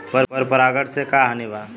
पर परागण से का हानि बा?